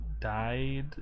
died